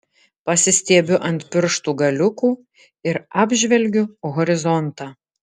pasistiebiu ant pirštų galiukų ir apžvelgiu horizontą